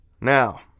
Now